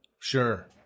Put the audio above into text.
Sure